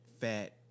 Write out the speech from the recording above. fat